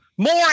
More